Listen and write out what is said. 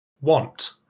want